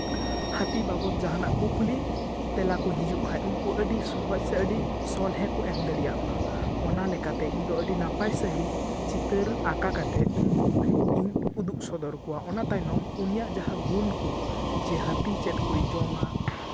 ᱦᱟᱹᱛᱤ ᱵᱟᱵᱚᱛ ᱡᱟᱦᱟᱱᱟᱜ ᱠᱩᱠᱞᱤ ᱛᱮᱞᱟ ᱠᱚ ᱦᱤᱡᱩᱜ ᱠᱷᱟᱱ ᱩᱱᱠᱩ ᱟᱹᱰᱤ ᱥᱚᱦᱚᱡᱽ ᱥᱮ ᱟᱹᱰᱤ ᱥᱚᱦᱞᱮ ᱠᱚ ᱮᱢ ᱫᱟᱲᱮᱭᱟᱜ ᱢᱟ ᱚᱱᱟ ᱞᱮᱠᱟᱛᱮ ᱤᱧᱫᱚ ᱱᱟᱯᱟᱭ ᱥᱟᱺᱦᱤᱡ ᱪᱤᱛᱟᱹᱨ ᱟᱸᱠᱟᱣ ᱠᱟᱛᱮᱫ ᱩᱱᱠᱩ ᱤᱧ ᱩᱫᱩᱜ ᱥᱚᱫᱚᱨ ᱟᱠᱚᱣᱟ ᱚᱱᱟ ᱛᱟᱭᱱᱚᱢ ᱩᱱᱤᱭᱟᱜ ᱡᱟᱦᱟᱸ ᱜᱩᱱ ᱠᱚ ᱡᱮ ᱦᱟᱹᱛᱤ ᱪᱮᱫ ᱠᱚᱭ ᱡᱚᱢᱟ